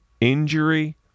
injury